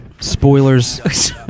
Spoilers